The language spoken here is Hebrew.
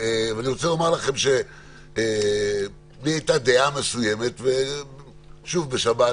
לי הייתה דעה מסוימת, שוב בשבת.